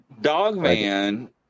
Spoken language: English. Dogman